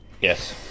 Yes